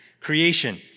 creation